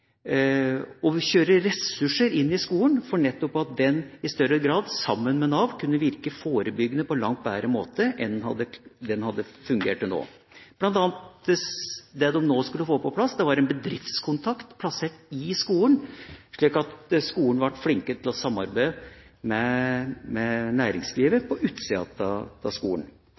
og kjøre ressurser inn i skolen, for at den nettopp i større grad, sammen med Nav, kunne virke forebyggende på en langt bedre måte enn den hadde fungert på til nå. Det de bl.a. nå skulle få på plass, var en bedriftskontakt plassert i skolen, slik at skolen ville bli flinkere til å samarbeide med næringslivet på utsida av skolen.